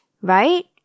right